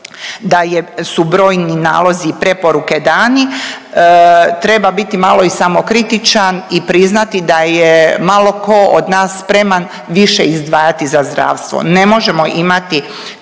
je su brojni nalozi i preporuke dani. Treba biti malo i samokritičan i priznati da je malo ko od nas spreman više izdvajati za zdravstvo. Ne možemo imati